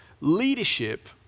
Leadership